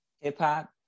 Hip-hop